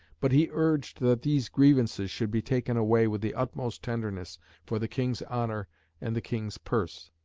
but he urged that these grievances should be taken away with the utmost tenderness for the king's honour and the king's purse.